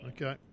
Okay